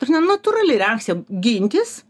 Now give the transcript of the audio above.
ta prasme natūrali reakcija gintis